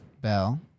Bell